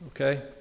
Okay